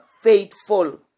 faithful